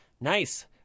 Nice